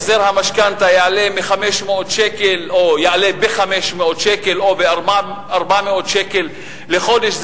החזר המשכנתה יעלה מ-500 שקל או יעלה ב-500 שקל או ב-400 שקל לחודש,